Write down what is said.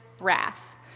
wrath